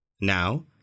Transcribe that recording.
Now